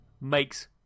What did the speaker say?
Makes